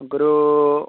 നമുക്ക് ഒരു